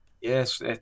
yes